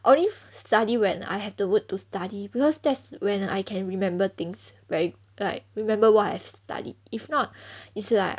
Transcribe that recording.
only study when I have the mood to study because that's when I can remember things very like remember what I've studied if not is like